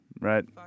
right